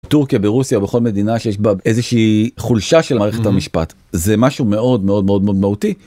טורקיה ורוסיה בכל מדינה שיש בה איזושהי חולשה של מערכת המשפט זה משהו מאוד מאוד מאוד מאוד מהותי.